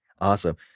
Awesome